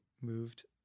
moved